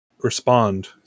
respond